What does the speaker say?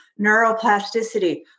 neuroplasticity